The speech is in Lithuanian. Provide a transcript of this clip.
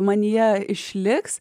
manyje išliks